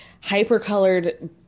hyper-colored